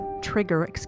trigger